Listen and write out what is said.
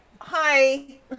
hi